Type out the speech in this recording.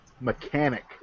mechanic